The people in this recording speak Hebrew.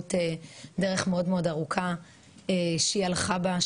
בזכות דרך מאוד ארוכה שהיא הלכה בה,